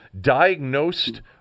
diagnosed